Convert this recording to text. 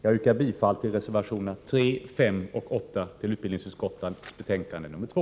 Jag yrkar bifall till reservationerna 3, 5 och 8 till hemställan i utbildningsutskottets betänkande 2.